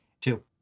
Two